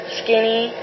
skinny